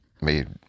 made